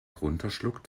runterschluckt